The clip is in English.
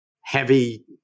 heavy